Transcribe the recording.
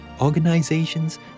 organizations